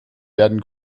werden